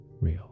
real